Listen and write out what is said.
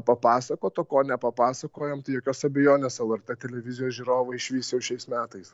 papasakot o ko nepapasakojam tai jokios abejonės lrt televizijos žiūrovai išvys jau šiais metais